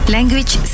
Language